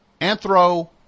Anthro